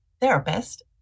therapist